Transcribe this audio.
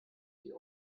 die